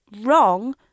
wrong